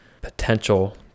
potential